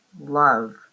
Love